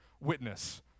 witness